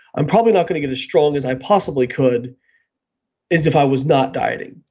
i'm probably not going to get as strong as i possibly could as if i was not dieting.